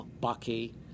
Bucky